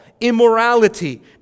immorality